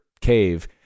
cave